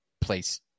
place